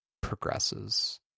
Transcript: progresses